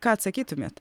ką atsakytumėt